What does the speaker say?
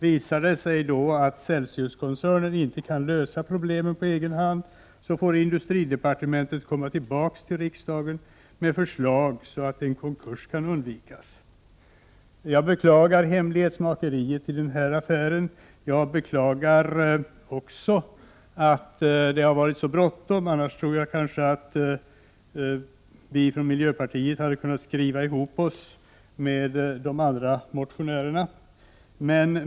Visar det sig att koncernen inte kan lösa problemen på egen hand, får industridepartementet komma tillbaka till riksdagen med förslag, så att en konkurs kan undvikas. Jag beklagar hemlighetsmakeriet i denna affär. Jag beklagar också att det har varit så bråttom. Jag tror annars att vi från miljöpartiet kanske hade kunnat skriva ihop oss med de andra motionärerna. Herr talman!